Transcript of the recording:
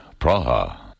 Praha